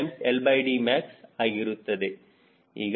866 LDmax ಆಗಿರುತ್ತದೆ